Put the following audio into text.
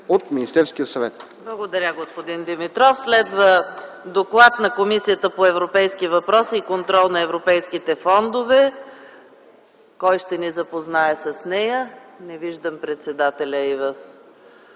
от Министерския съвет.”